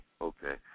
okay